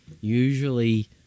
usually